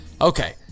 Okay